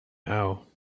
now